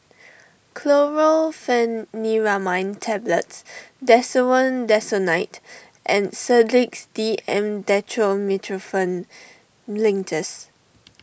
Chlorpheniramine Tablets Desowen Desonide and Sedilix D M Dextromethorphan Linctus